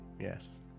Yes